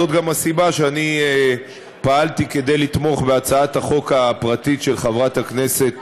זאת גם הסיבה שאני פעלתי לתמיכה בהצעת החוק הפרטית של חברת הכנסת